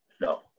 No